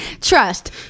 trust